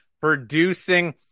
producing